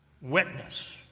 witness